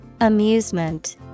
Amusement